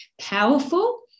powerful